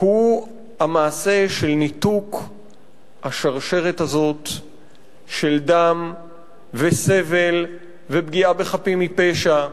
הוא המעשה של ניתוק השרשרת הזאת של דם וסבל ופגיעה בחפים מפשע.